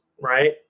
right